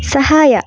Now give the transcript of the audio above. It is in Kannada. ಸಹಾಯ